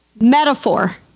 metaphor